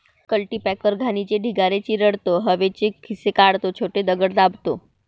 cultipacker घाणीचे ढिगारे चिरडतो, हवेचे खिसे काढतो, छोटे दगड दाबतो